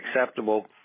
acceptable